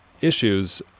issues